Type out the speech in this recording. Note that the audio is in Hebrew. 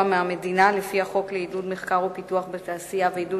מהמדינה לפי החוק לעידוד מחקר ופיתוח בתעשייה ועידוד